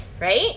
right